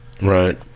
Right